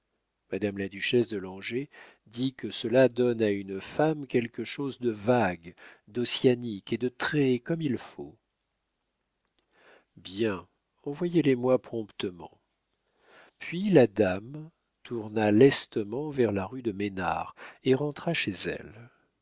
madame la duchesse de langeais dit que cela donne à une femme quelque chose de vague d'ossianique et de très comme il faut bien envoyez les moi promptement puis la dame tourna lestement vers la rue de ménars et rentra chez elle